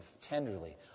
tenderly